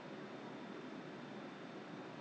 只有你买过你才知道 how much it will be